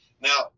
Now